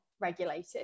regulated